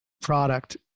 product